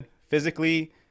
Physically